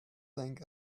think